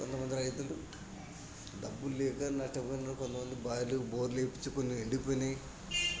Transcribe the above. కొంతమంది రైతులు డబ్బులు లేక నష్టపోయిన వాళ్ళు కొంతమంది బావిలు బోర్లు వేపించుకొని ఎండిపోయినయి